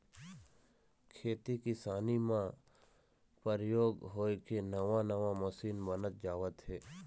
खेती किसानी म परयोग होय के नवा नवा मसीन बनत जावत हे